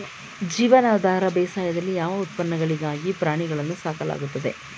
ಜೀವನಾಧಾರ ಬೇಸಾಯದಲ್ಲಿ ಯಾವ ಉತ್ಪನ್ನಗಳಿಗಾಗಿ ಪ್ರಾಣಿಗಳನ್ನು ಸಾಕಲಾಗುತ್ತದೆ?